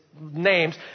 names